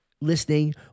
listening